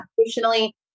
emotionally